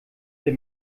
der